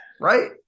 Right